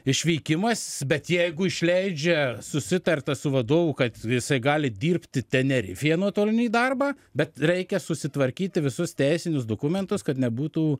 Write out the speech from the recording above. išvykimas bet jeigu išleidžia susitarta su vadovu kad jisai gali dirbti tenerifėje nuotolinį darbą bet reikia susitvarkyti visus teisinius dokumentus kad nebūtų